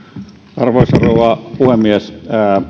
arvoisa rouva puhemies